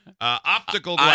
optical